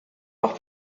auch